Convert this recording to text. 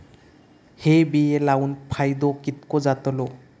हे बिये लाऊन फायदो कितको जातलो?